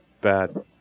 bad